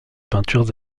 peintures